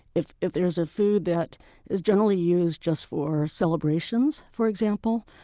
if if there's a food that is generally used just for celebrations, for example,